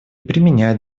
применять